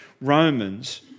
Romans